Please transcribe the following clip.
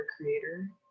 creator